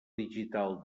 digital